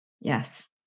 Yes